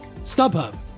StubHub